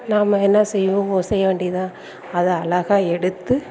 நாம என்ன செய்வோம் செய்ய வேண்டியதான் அதை அழகாக எடுத்து